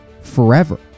forever